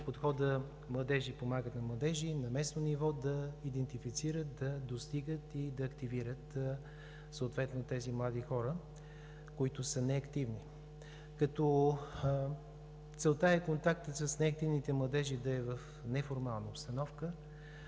подхода „Младежи помагат на младежи“, на местно ниво да идентифицират, да достигат и да активират тези млади хора, които са неактивни. Целта е контактът с неактивните младежи да е в неформална обстановка,